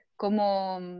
como